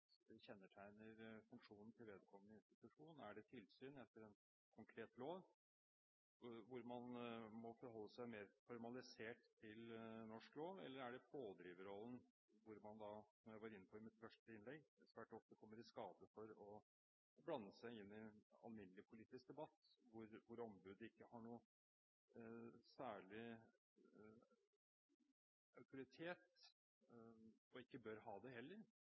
mest kjennetegner funksjonen til vedkommende institusjon. Er det tilsyn etter en konkret lov, hvor man må forholde seg mer formalisert til norsk lov? Eller er det pådriverrollen, hvor man, som jeg var inne på i mitt første innlegg, svært ofte kommer i skade for å blande seg inn i alminnelig politisk debatt? Ombudet har ikke noen særlig autoritet – og bør ikke ha det heller